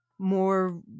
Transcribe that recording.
more